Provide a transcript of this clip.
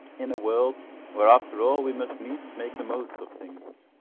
in a world where after all we must needs make the most of things.